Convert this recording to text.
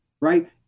right